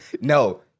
no